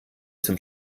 zum